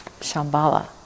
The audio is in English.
Shambhala